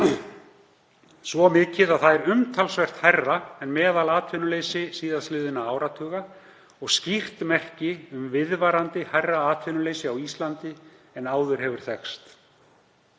svo mikið að það er umtalsvert hærra en meðalatvinnuleysi síðastliðinna áratuga og skýrt merki um viðvarandi hærra atvinnuleysi á Íslandi en áður hefur þekkst.